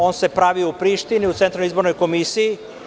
On se pravi u Prištini, u Centralnoj izbornoj komisiji.